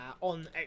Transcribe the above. on